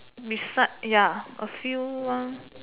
beside ya a few one